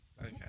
okay